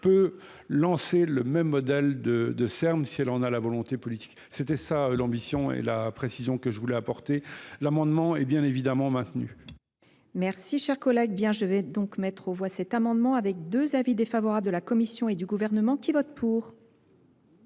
peut lancer le même modèle de serbe si elle en a la volonté politique c'était ça l'ambition et la précision que je voulais apporter l'amendement est bien évidemment maintenu chers collègues je vais donc mettre aux voix cet amendement avec deux avis défavorables de la commission et du gouvernement Gouvernement